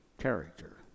character